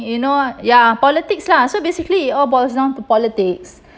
you know ya politics lah so basically it all boils down to politics